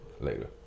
later